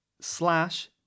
slash